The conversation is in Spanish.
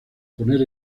poner